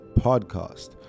podcast